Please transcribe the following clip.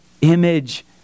image